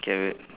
okay wait